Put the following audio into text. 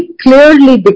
clearly